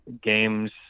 games